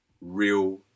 real